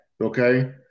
Okay